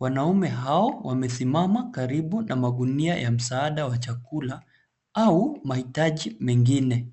Wanaume hao wamesimama karibu na magunia ya msaada wa chakula au mahitaji mengine.